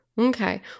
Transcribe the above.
okay